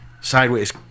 sideways